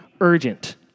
urgent